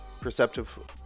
Perceptive